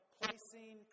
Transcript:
placing